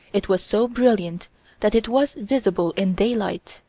it was so brilliant that it was visible in daylight.